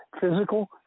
physical